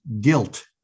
guilt